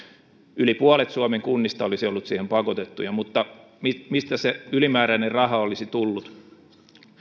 yli puolet suomen kunnista olisi ollut siihen pakotettuja mutta mistä se ylimääräinen raha olisi tullut